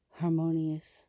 harmonious